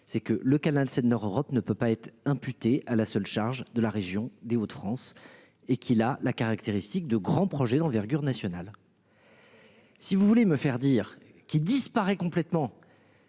c'est que le canal Seine Nord Europe ne peut pas être imputés à la seule charge de la région des Hauts-de-France et qu'il a la caractéristique de grands projets d'envergure nationale. Si vous voulez me faire dire qui disparaît complètement.